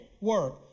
work